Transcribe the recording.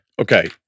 Okay